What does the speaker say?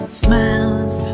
smile's